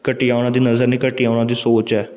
ਘਟੀਆ ਉਹਨਾਂ ਦੀ ਨਜ਼ਰ ਨਹੀਂ ਘਟੀਆ ਉਹਨਾਂ ਦੀ ਸੋਚ ਹੈ